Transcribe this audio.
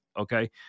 Okay